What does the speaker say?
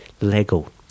lego